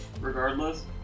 regardless